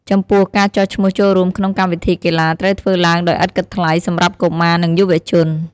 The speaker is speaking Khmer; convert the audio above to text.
ចំពោះ ការចុះឈ្មោះចូលរួមក្នុងកម្មវិធីកីឡាត្រូវធ្វើឡើងដោយឥតគិតថ្លៃសម្រាប់កុមារនិងយុវជន។